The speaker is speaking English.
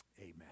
amen